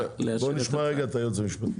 את היועץ המשפטי.